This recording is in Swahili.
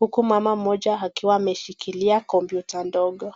Uku mama mmoja akiwa ameshikilia kompyuta ndogo.